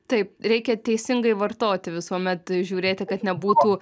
taip reikia teisingai vartoti visuomet žiūrėti kad nebūtų